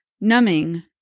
Numbing